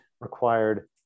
required